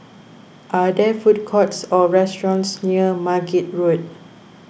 are there food courts or restaurants near Margate Road